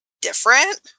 different